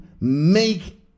make